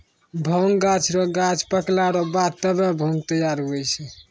भांगक गाछ रो गांछ पकला रो बाद तबै भांग तैयार हुवै छै